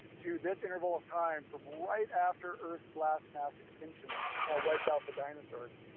to this interval of time from right after earth's last mass extinction that wiped out the dinosaurs.